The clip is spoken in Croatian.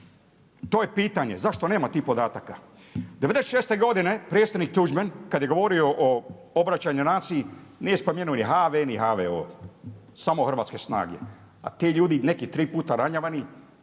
To je pitanje zašto nema tih podataka. '96. godine predsjednik Tuđman kada je govorio o obraćanju naciji nije spominjao ni HV ni HVO. Samo hrvatske snage. A ti ljudi neki tri puta ranjavani,